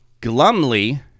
glumly